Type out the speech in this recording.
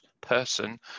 person